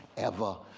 ever,